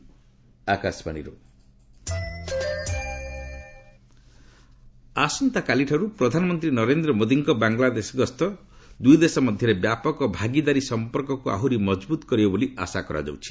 PM visit Bangladesh ଆସନ୍ତାକାଲିଠାରୁ ପ୍ରଧାନମନ୍ତ୍ରୀ ନରେନ୍ଦ୍ର ମୋଦିଙ୍କ ବାଂଲାଦେଶ ଗସ୍ତ ଦୁଇଦେଶ ମଧ୍ୟରେ ବ୍ୟାପକ ଭାଗିଦାରୀ ସମ୍ପର୍କକୁ ଆହୁରି ମଜଭୁତ କରିବ ବୋଲି ଆଶା କରାଯାଉଛି